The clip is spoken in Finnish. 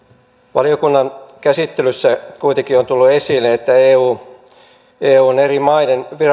valiokunnan käsittelyssä kuitenkin on tullut esille että eun eri maiden